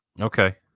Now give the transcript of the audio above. Okay